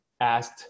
asked